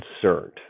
concerned